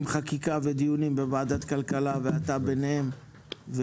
חקיקה ודיונים בוועדת כלכלה ואתה ביניהם.